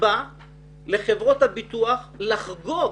סיבה לחברות הביטוח לחגוג